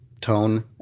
tone